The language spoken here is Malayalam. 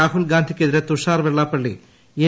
രാഹുൽഗാന്ധിയ്ക്കെതിരെ തുഷ്യാർ വെള്ളാപ്പള്ളി എൻ